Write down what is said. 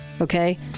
Okay